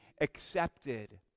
accepted